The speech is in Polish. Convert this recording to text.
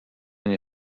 nie